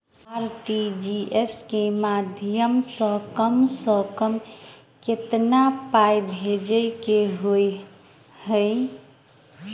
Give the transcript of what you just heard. RTGS केँ माध्यम सँ कम सऽ कम केतना पाय भेजे केँ होइ हय?